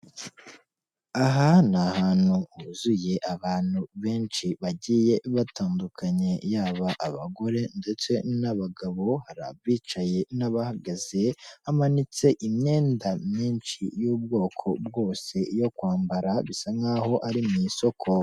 Aha ni ahantu huzuye abantu benshi bagiye batandukanye yaba abagore ndetse n'abagabo hari abicaye n'abahagaze hamanitse imyenda myinshi y'ubwoko bwose yo kwambara bisa nkaho ari mu isoko.